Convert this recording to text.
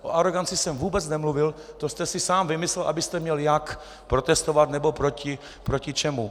O aroganci jsem vůbec nemluvil, to jste si sám vymyslel, abyste měl jak protestovat, nebo proti čemu.